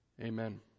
Amen